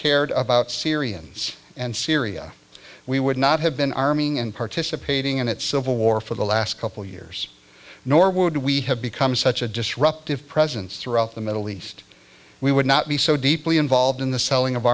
cared about syrians and syria we would not have been arming and participating in its civil war for the last couple years nor would we have become such a disruptive presence throughout the middle east we would not be so deeply involved in the selling of